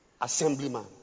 Assemblyman